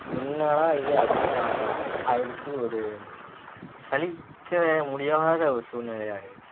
என்னடா இது அப்படின்னு ஆயிடுச்சு ஒரு சளிக்க முடியாத ஒரு சூழ்நிலை ஆயிடுச்சு